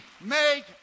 make